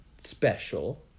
special